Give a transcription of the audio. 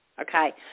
okay